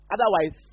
Otherwise